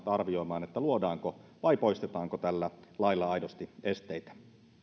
arvioimaan luodaanko vai poistetaanko tällä lailla aidosti esteitä